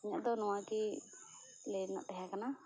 ᱤᱧᱟ ᱜ ᱫᱚ ᱱᱚᱣᱟ ᱜᱮ ᱞᱟᱹᱭ ᱨᱮᱱᱟᱜ ᱛᱟᱦᱮᱸ ᱠᱟᱱᱟ